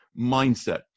mindset